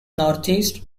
northeast